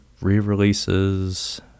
re-releases